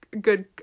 good